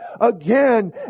again